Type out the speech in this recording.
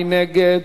מי נגד?